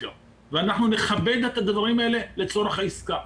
ואנחנו נכבד את הדברים האלה לצורך העסקה.